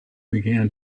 began